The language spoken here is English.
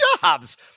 jobs